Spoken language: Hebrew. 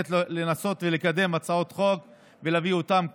לנסות ולקדם הצעות חוק ולהביא אותן כאן.